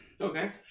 Okay